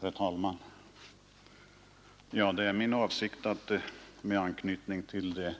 Herr talman! Det är min avsikt att med anknytning till de